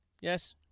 Yes